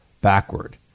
backward